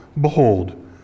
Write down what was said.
behold